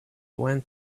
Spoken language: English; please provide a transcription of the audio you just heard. went